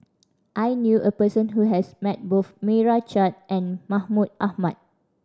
I knew a person who has met both Meira Chand and Mahmud Ahmad